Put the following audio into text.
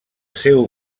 seu